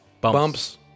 Bumps